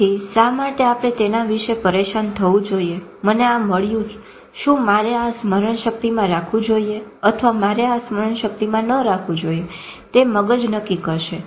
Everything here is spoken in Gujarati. તેથી શા માટે આપણે તેના વિશે પરેશાન થવું જોઈએ મને આ મળ્યું શું મારે આ સ્મરણ શક્તિમાં રાખવું જોઈએ અથવા મારે આ સ્મરણ શક્તિમાં ન રાખવું જોઈએ તે મગજ નક્કી કરશે